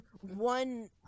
one